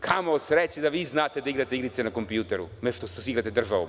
Kamo sreće da vi znate da igrate igrice na kompjuteru, umesto što se igrate sa državom.